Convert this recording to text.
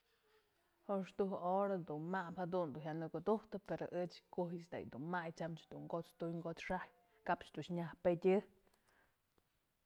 Juxtujk hora dun mabë jadun dun jya në ko'o dujtë pero ëch kujyë tyamch dun kot's tun, kot's xajyë kapch dun nyaj pedyë je'ijkë.